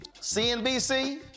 CNBC